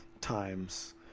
times